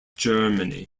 germany